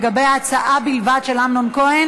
ההצעה של אמנון כהן